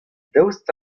daoust